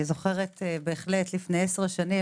אני זוכרת לפני עשר שנים,